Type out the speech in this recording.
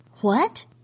What